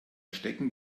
stecken